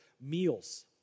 Meals